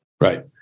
Right